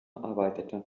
arbeitete